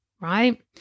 right